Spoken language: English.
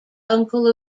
uncle